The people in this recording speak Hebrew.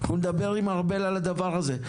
אנחנו נדבר עם ארבל על הדבר הזה.